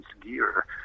gear